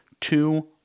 two